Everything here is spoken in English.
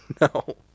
No